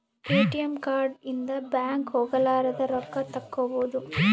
ATM card ಇಂದ bank ಹೋಗಲಾರದ ರೊಕ್ಕ ತಕ್ಕ್ಕೊಬೊದು